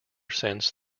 since